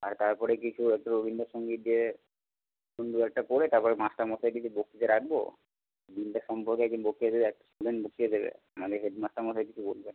আর তারপরে কিছু একটু রবীন্দ্রসঙ্গীত গেয়ে সুন্দর একটা করে তারপরে মাস্টারমশাইদের বক্তৃতা রাখব দিনটার সম্পর্কে একজন বক্তৃতা দেবে একটা স্টুডেন্ট বক্তৃতা দেবে আমাদের হেডমাস্টারমশাই কিছু বলবেন